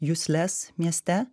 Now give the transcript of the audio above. jusles mieste